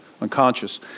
unconscious